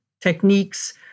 techniques